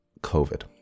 COVID